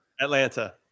Atlanta